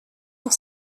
pour